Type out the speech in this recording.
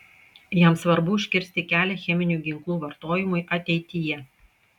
jam svarbu užkirsti kelią cheminių ginklų vartojimui ateityje